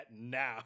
now